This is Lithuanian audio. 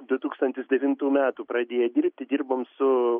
du tūkstantis devintų metų pradėję dirbti dirbom su